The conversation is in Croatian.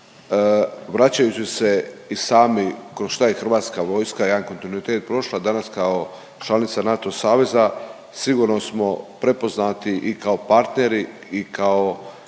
Vraćajući se i sami kroz šta je Hrvatska vojska jedan kontinuitet prošla, danas kao članica NATO saveza sigurno smo prepoznati i kao partneri i kao